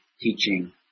teaching